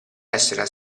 essere